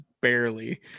barely